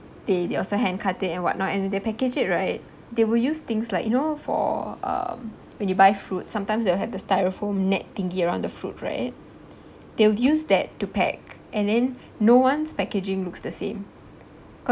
they they also hand cut it and whatnot and they package it right they will use things like you know for um when you buy fruit sometimes they'll have the styrofoam net thingy around the fruit right they'll use that to pack and then no one packaging looks the same because